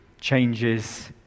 changes